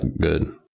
good